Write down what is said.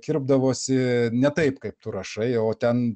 kirpdavosi ne taip kaip tu rašai o ten